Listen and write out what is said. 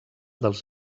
dels